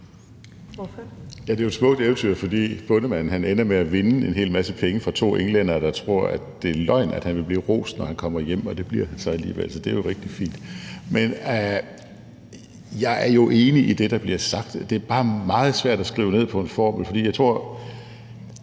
Dahl (LA): Det er jo et smukt eventyr, fordi bondemanden ender med at vinde en hel masse penge fra to englændere, der tror, at det er løgn, at han vil blive rost, når han kommer hjem. Og det bliver han så alligevel. Det er rigtig fint. Men jeg er jo enig i det, der bliver sagt. Det er bare meget svært at skrive ned på en formel, for jeg tror,